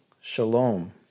shalom